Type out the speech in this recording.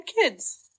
Kids